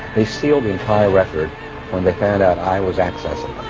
they sealed the entire record when they found out i was accessing